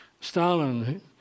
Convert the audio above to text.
Stalin